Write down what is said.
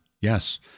yes